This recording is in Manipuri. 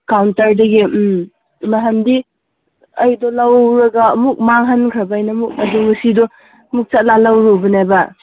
ꯀꯥꯎꯟꯇꯔꯗꯒꯤ ꯎꯝ ꯅꯍꯥꯟꯗꯤ ꯑꯩꯗꯣ ꯂꯧꯔꯒ ꯑꯃꯨꯛ ꯃꯥꯡꯍꯟꯈ꯭ꯔꯕ ꯑꯩꯅ ꯑꯃꯨꯛ ꯑꯗꯨ ꯉꯁꯤꯗꯣ ꯑꯃꯨꯛ ꯆꯠꯂ ꯂꯧꯔꯨꯕꯅꯦꯕ